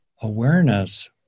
awareness